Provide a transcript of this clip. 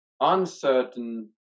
uncertain